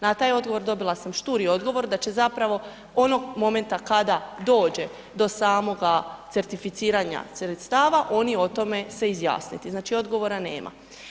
Na taj odgovor dobila sam šturi odgovor da će zapravo onog momenta kada dođe do samoga certificiranja sredstava oni o tome se izjasniti, znači odgovora nema.